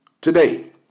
today